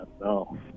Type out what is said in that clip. no